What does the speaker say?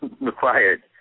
required